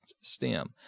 STEM